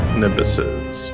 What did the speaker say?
nimbuses